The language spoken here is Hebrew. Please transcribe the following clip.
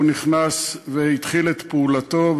הוא התחיל את פעולתו,